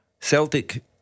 Celtic